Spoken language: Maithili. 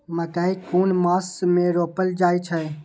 मकेय कुन मास में रोपल जाय छै?